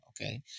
okay